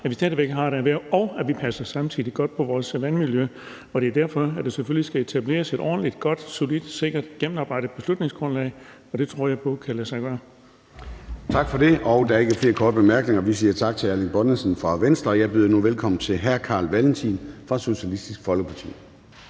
at vi stadig væk har et erhverv, og at vi samtidig passer godt på vores vandmiljø. Det er derfor, at der selvfølgelig skal etableres et ordentligt, godt, solidt, sikkert og gennemarbejdet beslutningsgrundlag, og det tror jeg på kan lade sig gøre. Kl. 14:21 Formanden (Søren Gade): Tak for det. Der er ikke flere korte bemærkninger. Vi siger tak til hr. Erling Bonnesen fra Venstre, og jeg byder nu velkommen til hr. Carl Valentin fra Socialistisk Folkeparti.